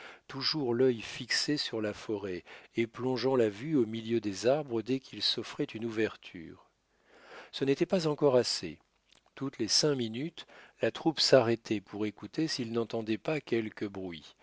toujours l'œil fixé sur la forêt et plongeant la vue au milieu des arbres dès qu'il s'offrait une ouverture ce n'était pas encore assez toutes les cinq minutes la troupe s'arrêtait pour écouter s'ils n'entendaient pas quelque bruit